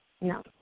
No